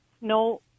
no